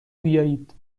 بیایید